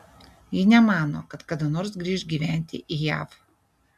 ji nemano kad kada nors grįš gyventi į jav